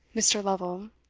mr. lovel,